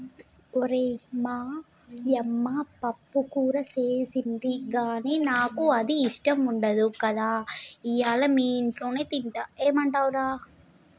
ఓరై మా యమ్మ పప్పుకూర సేసింది గానీ నాకు అది ఇష్టం ఉండదు కదా ఇయ్యల మీ ఇంట్లోనే తింటా ఏమంటవ్ రా